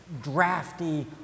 drafty